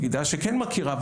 הפקידה שכן מכירה,